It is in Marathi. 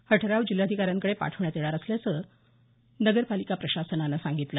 हा ठराव जिल्हाधिकाऱ्यांकडे पाठवण्यात येणार असल्याचं नगरपालिका प्रशासनानं सांगितलं